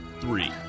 three